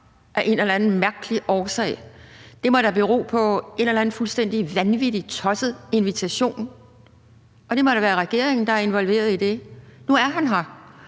af en eller anden mærkelig årsag. Det må da bero på en eller anden fuldstændig vanvittig, tosset invitation, og det må da være regeringen, der er involveret i det. Nu er han her,